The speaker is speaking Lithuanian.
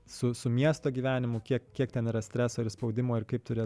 su su miesto gyvenimu kiek kiek ten yra streso ir spaudimo ir kaip turi